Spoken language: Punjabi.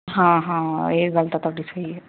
ਹਾਂ ਹਾਂ ਇਹ ਗੱਲ ਤਾਂ ਤੁਹਾਡੀ ਸਹੀ ਹੈ